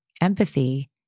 empathy